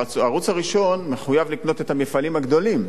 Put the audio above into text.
הערוץ הראשון מחויב לקנות את המפעלים הגדולים,